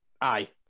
Aye